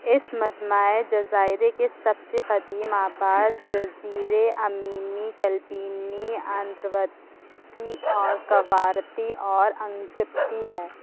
اس مجمع جزائرے کے سب سے قدیم آباد جزیرے امینی کلپینی آندروتی اور کوارتی اور انگتی ہیں